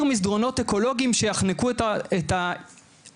מסדרונות אקולוגיים שיחנקו את הערים.